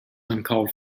uncalled